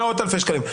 מאות אלפי שקלים.